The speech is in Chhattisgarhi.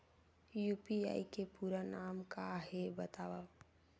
यू.पी.आई के पूरा नाम का हे बतावव?